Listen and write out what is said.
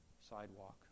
sidewalk